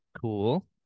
cool